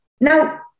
Now